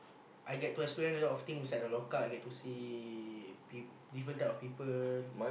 I get to experience a lot of things inside the lock up I get to see peop~ different type of people